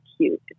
cute